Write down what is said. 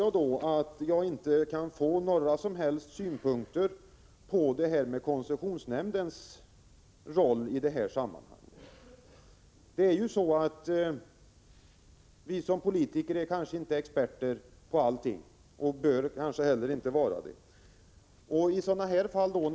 Jag beklagar att jag inte kan få några som helst synpunkter från Kurt Hugosson på koncessionsnämndens roll i sammanhanget. Vi är som politiker inte experter på allting och bör kanske inte heller vara det.